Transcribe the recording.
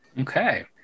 Okay